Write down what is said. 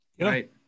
right